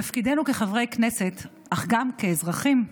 תפקידנו כחברי כנסת, אך גם כאזרחים,